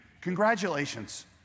congratulations